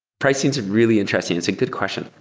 pricing is really interesting. it's a good question.